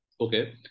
Okay